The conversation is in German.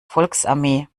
volksarmee